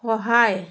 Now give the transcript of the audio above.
সহায়